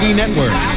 network